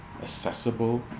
accessible